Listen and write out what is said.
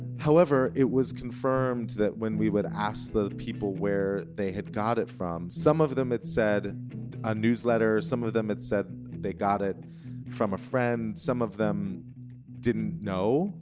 however, it was confirmed that when we would ask the people where they had got it from, some of them had said a newsletter, some of them had said they got it from a friend some of them didn't know,